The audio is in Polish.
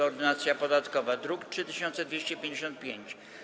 Ordynacja podatkowa, druk nr 3255.